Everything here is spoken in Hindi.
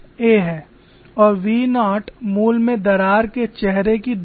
और v नॉट मूल में दरार के चेहरे की दूरी है